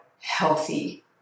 healthy